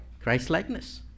Christ-likeness